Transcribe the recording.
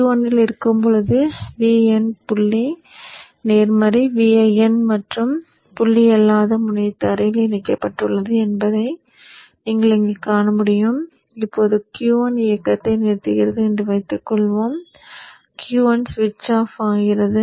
Q1 இல் இருக்கும் போது Vin புள்ளி நேர்மறை Vin மற்றும் புள்ளி அல்லாத முனை தரையில் இணைக்கப்பட்டுள்ளது என்பதை நீங்கள் இங்கே காணமுடியும் இப்போது Q1 இயக்கத்தை நிறுத்துகிறது என்று வைத்துக்கொள்வோம் Q1 ஸ்விட்ச் ஆஃப் ஆகிறது